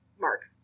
mark